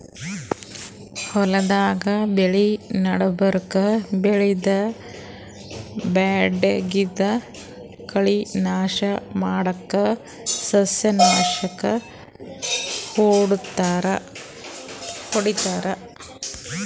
ಹೊಲ್ದಾಗ್ ಬೆಳಿ ನಡಬರ್ಕ್ ಬೆಳ್ದಿದ್ದ್ ಬ್ಯಾಡಗಿದ್ದ್ ಕಳಿ ನಾಶ್ ಮಾಡಕ್ಕ್ ಸಸ್ಯನಾಶಕ್ ಹೊಡಿತಾರ್